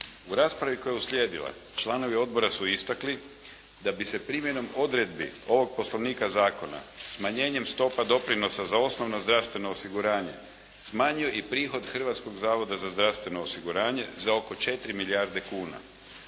U raspravi koja je uslijedila članovi odbora su istakli da bi se primjenom odredbi ovog poslovnika zakona smanjenjem stopa doprinosa za osnovno zdravstveno osiguranje smanjio i prihod Hrvatskog zavoda za zdravstveno osiguranje za oko 4 milijarde kuna.